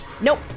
Nope